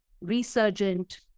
resurgent